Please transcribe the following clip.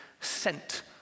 sent